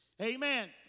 Amen